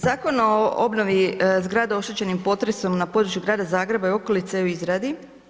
Zakon o obnovi zgrada oštećenim potresom na području Grada Zagreba i okolice je u izradi.